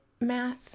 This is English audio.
math